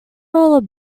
all